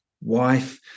wife